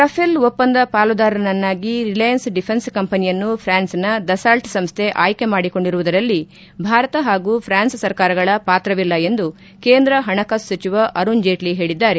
Rafale ಒಪ್ಪಂದ ಪಾಲುದಾರನನ್ನಾಗಿ Reliance Defence ಕಂಪನಿಯನ್ನು ಫ್ರಾನ್ಸ್ನ ದಸಾಲ್ಟ್ ಸಂಸ್ಟೆ ಆಯ್ಟೆ ಮಾಡಿಕೊಂಡಿರುವುದರಲ್ಲಿ ಭಾರತ ಹಾಗೂ ಫ್ರಾನ್ಸ್ ಸರ್ಕಾರಗಳ ಪಾತ್ರವಿಲ್ಲ ಎಂದು ಕೇಂದ್ರ ಹಣಕಾಸು ಸಚಿವ ಅರುಣ್ ಜೇಟ್ಟ ಹೇಳದ್ದಾರೆ